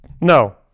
No